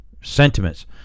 sentiments